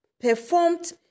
performed